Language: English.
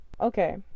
Okay